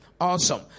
Awesome